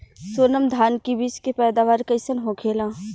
सोनम धान के बिज के पैदावार कइसन होखेला?